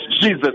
Jesus